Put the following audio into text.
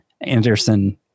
Anderson